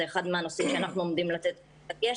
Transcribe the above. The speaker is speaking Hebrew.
הם חלק מהנושאים שאנחנו עומדים לתת עליהם דגש.